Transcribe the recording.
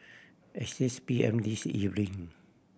at six P M this evening